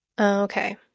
okay